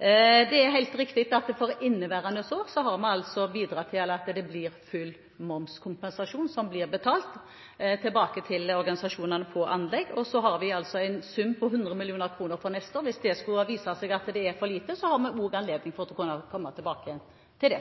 Det er helt riktig at for inneværende år har vi bidratt til at det blir full momskompensasjon, som blir betalt tilbake til organisasjonene på anlegg. Og så har vi en sum på 100 mill. kr for neste år. Hvis det skulle vise seg at det er for lite, har vi god anledning til å komme tilbake igjen til